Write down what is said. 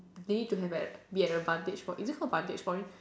they need to have at be at a vantage point is it called vantage point